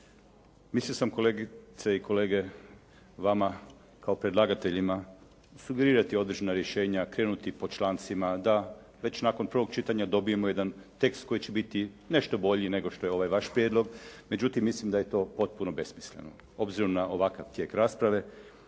mislio sam kolegice i kolege vama kao predlagateljima sugerirati određena rješenja, krenuti po člancima, da već nakon prvog čitanja dobijemo jedan tekst koji će biti nešto bolji nego što je ovaj vaš prijedlog. Međutim, mislim da je to potpuno besmisleno obzirom na ovakav tijek rasprave.